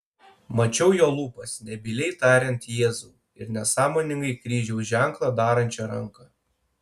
mačiau jo lūpas nebyliai tariant jėzau ir nesąmoningai kryžiaus ženklą darančią ranką